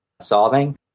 solving